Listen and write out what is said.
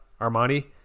Armani